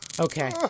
Okay